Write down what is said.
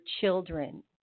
children